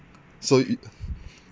so yo~